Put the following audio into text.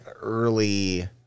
early